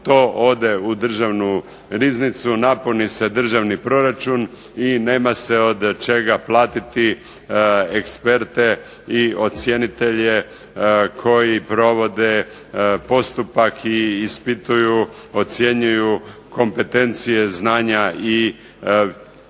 to ode u državnu riznicu, napuni se državni proračun, i nema se od čega platiti eksperte i ocjenitelje koji provode postupak i ispituju, ocjenjuju kompetencije, znanja i vještine